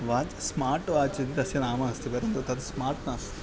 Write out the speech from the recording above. watch smart watch इति तस्य नाम अस्ति परन्तु तद् स्मार्ट् नास्ति